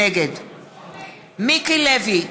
נגד מיקי לוי,